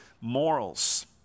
morals